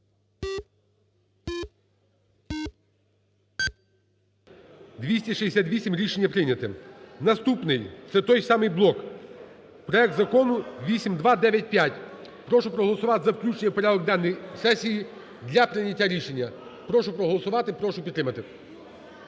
За-268 Рішення прийнято. Наступний, це той самий блок. Проект Закону 8295. Прошу проголосувати за включення в порядок денний сесії для прийняття рішення. Прошу проголосувати. Прошу підтримати.